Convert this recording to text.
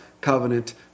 covenant